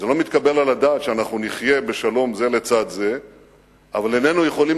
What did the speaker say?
זה לא מתקבל על הדעת שנחיה בשלום זה לצד זה אבל איננו יכולים